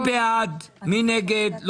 מי נמנע?